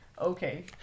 Okay